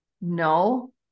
No